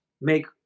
make